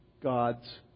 God's